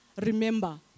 remember